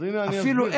אז, הינה, אני אסביר.